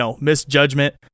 misjudgment